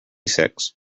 six